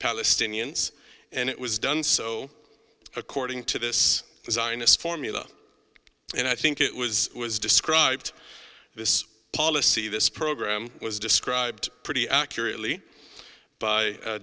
palestinians and it was done so according to this zionist formula and i think it was was described this policy this program was described pretty accurately by